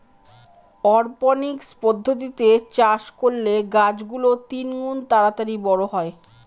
অরপনিক্স পদ্ধতিতে চাষ করলে গাছ গুলো তিনগুন তাড়াতাড়ি বড়ো হয়